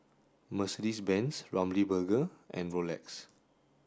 Mercedes Benz Ramly Burger and Rolex